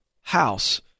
house